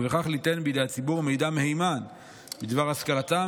ובכך ליתן בידי הציבור מידע מהימן בדבר השכלתם